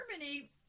Germany